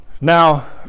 now